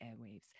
airwaves